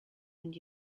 end